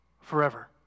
forever